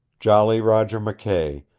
jolly roger mckay,